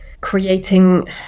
creating